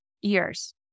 years